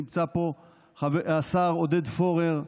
נמצא פה השר עודד פורר,